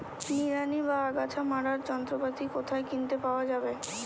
নিড়ানি বা আগাছা মারার যন্ত্রপাতি কোথায় কিনতে পাওয়া যাবে?